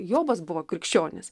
jobas buvo krikščionis